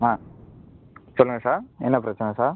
ஆ சொல்லுங்கள் சார் என்ன பிரச்சனை சார்